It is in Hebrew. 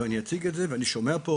ואציג את זה ואני שומע פה,